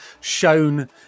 shown